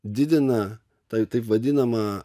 didina tai taip vadinama